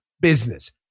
business